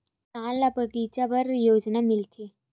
किसान ल बगीचा बर का योजना मिलथे?